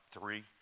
three